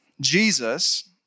Jesus